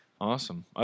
Awesome